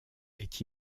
est